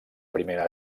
primera